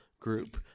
group